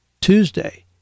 tuesday